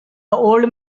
old